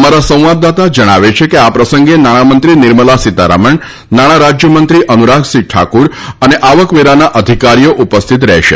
અમારા સંવાદદાતા જણાવે છે કે આ પ્રસંગે નાણામંત્રી નિર્મલા સીતારમણ નાણાં રાજ્યમંત્રી અનુરાગસિંહ ઠાકુર અને આવકવેરાના અધિકારીઓ ઉપસ્થિત રહેશે